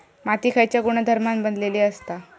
माती खयच्या गुणधर्मान बनलेली असता?